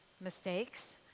mistakes